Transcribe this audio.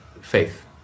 faith